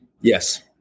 Yes